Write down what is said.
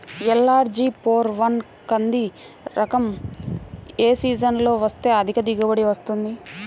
LRG four one కంది రకం ఏ సీజన్లో వేస్తె అధిక దిగుబడి వస్తుంది?